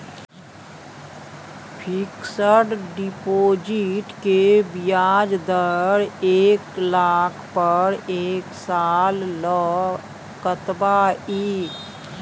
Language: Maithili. फिक्सड डिपॉजिट के ब्याज दर एक लाख पर एक साल ल कतबा इ?